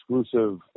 exclusive